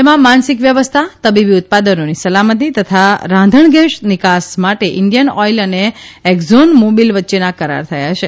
તેમાં માનસિક સ્વાસ્થ્ય તબીબી ઉત્પાદનોની સલામતિ તથા રાંધણગેસ નિકાસ માટે ઇન્ડીયન ઓઇલ અને એકઝોન મોબીલ વચ્ચેના કરાર થયા છે